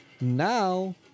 now